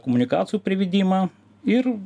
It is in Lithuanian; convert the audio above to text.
komunikacijų privedimą ir